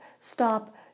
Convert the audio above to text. stop